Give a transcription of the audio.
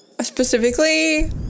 specifically